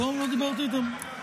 לא, לא דיברתי איתם.